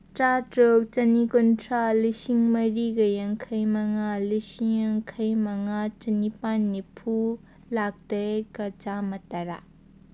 ꯇꯔꯥ ꯇꯔꯨꯛ ꯆꯅꯤ ꯀꯨꯟꯊ꯭ꯔꯥ ꯂꯤꯁꯤꯡ ꯃꯔꯤꯒ ꯌꯥꯡꯈꯩ ꯃꯉꯥ ꯂꯤꯁꯤꯡ ꯌꯥꯡꯈꯩ ꯃꯉꯥ ꯆꯅꯤꯄꯥꯜ ꯅꯤꯝꯐꯨ ꯂꯥꯛ ꯇꯔꯦꯠꯀ ꯆꯥꯝꯃ ꯇꯔꯥ